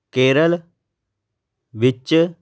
ਕੇਰਲ ਵਿੱਚ